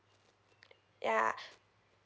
ya